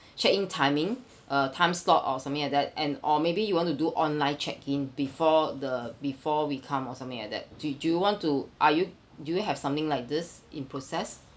check in timing uh time slot or something like that and or maybe you want to do online check in before the before we come or something like that do you do you want to are you do you have something like this in process